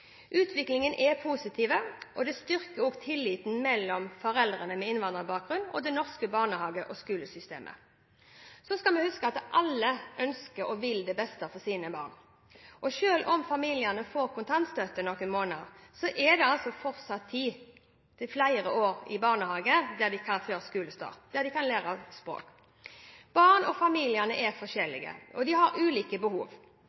Utviklingen er positiv og styrker tilliten mellom foreldre med innvandrerbakgrunn og det norske barnehage- og skolesystemet. Vi må huske at alle vil det beste for sine barn. Selv om familien får kontantstøtte noen måneder, er det fortsatt tid til flere år i barnehage – der barnet kan lære språk – før skolestart. Barn og familier er forskjellige og har ulike behov. I perioder av livet kan noen menn og